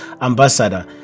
ambassador